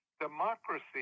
democracy